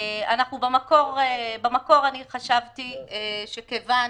במקור אני חשבתי שכיוון